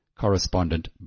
correspondent